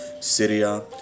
Syria